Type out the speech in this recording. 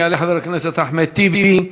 יעלה חבר הכנסת אחמד טיבי,